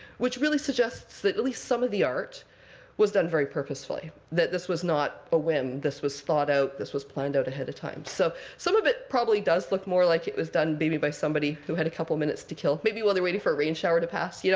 which really suggests that at least some of the art was done very purposefully, that this was not a whim. this was thought out. this was planned out ahead of time. so some of it probably does look more like it was done, maybe, by somebody who had a couple minutes to kill, maybe while they're waiting for rain shower to pass. yeah